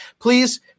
please